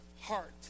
heart